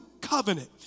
covenant